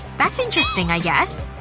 that's interesting, i guess.